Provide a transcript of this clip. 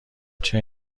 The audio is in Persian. چرا